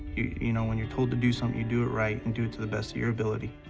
you know, when you're told to do something, you do it right and do it to the best of your ability.